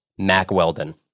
MacWeldon